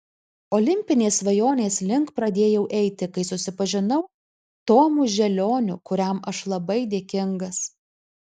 olimpinės svajonės link pradėjau eiti kai susipažinau tomu želioniu kuriam aš labai dėkingas